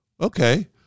Okay